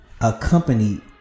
accompanied